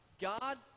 God